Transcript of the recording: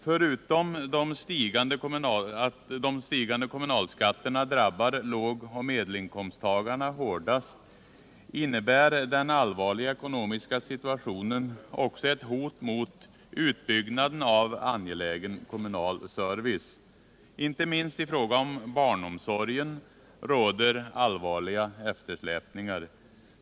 Förutom att de stigande kommunalskatterna drabbar lågoch medelinkomsttagarna hårdast innebär den allvarliga ekonomiska situationen ett hot mot utbyggnaden av angelägen kommunal service. Inte minst i fråga om barnomsorgen råder allvarliga eftersläpningar.